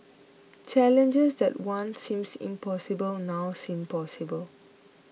challenges that once seemed impossible now seem possible